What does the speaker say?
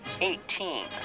eighteen